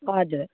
हजुर